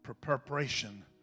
preparation